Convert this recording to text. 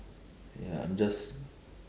ya I'm just